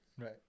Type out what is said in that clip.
Right